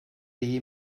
iyi